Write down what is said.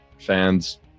fans